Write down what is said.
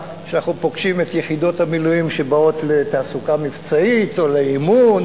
שאנחנו פוגשים את יחידות המילואים שבאים לתעסוקה מבצעית או לאימון